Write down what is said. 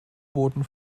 booten